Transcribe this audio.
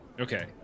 Okay